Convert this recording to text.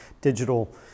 digital